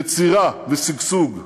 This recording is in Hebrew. יצירה ושגשוג.